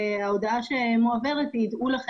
וההודעה שמועברת אליהם היא: דעו,